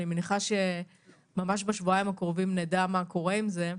אני מניחה שממש בשבועיים הקרובים נדע מה קורה עם זה,